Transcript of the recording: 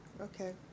okay